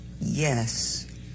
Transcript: Yes